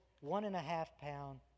one-and-a-half-pound